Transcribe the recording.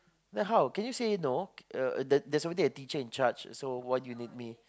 then how can you say no uh the the there's already a teacher-in-charge so why do you need me